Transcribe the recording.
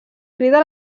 crida